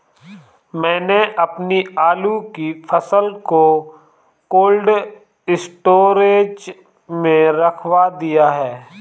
मैंने अपनी आलू की फसल को कोल्ड स्टोरेज में रखवा दिया